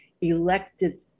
elected